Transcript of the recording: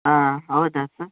ಹಾಂ ಹೌದ ಸರ್